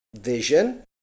vision